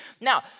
Now